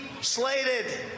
slated